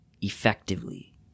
effectively